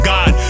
God